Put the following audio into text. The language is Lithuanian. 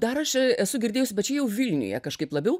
dar aš esu girdėjusi bet čia jau vilniuje kažkaip labiau